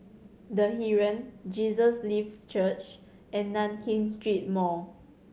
The Heeren Jesus Lives Church and Nankin Street Mall